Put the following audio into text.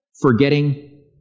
forgetting